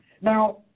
Now